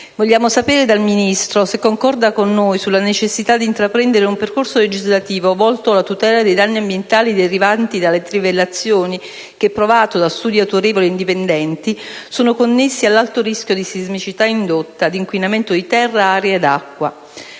Vogliamo sapere dal Ministro se concorda con noi sulla necessità di intraprendere un percorso legislativo volto alla tutela dai danni ambientali derivanti dalle trivellazioni, che - è provato da studi autorevoli e indipendenti - sono connessi con l'alto rischio di sismicità indotta e di inquinamento di terra, aria ed acqua.